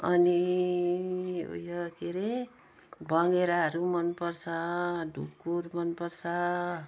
अनि उयो के अरे भँगेराहरू मनपर्छ ढुकुर मनपर्छ